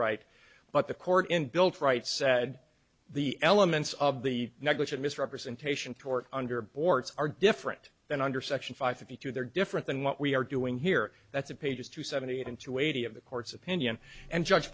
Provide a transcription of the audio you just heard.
right but the court in built right said the elements of the negligent misrepresentation tort under aborts are different than under section five fifty two they're different than what we are doing here that's of pages two seventy eight and two eighty of the court's opinion and judge